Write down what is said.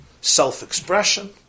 self-expression